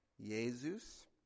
Jesus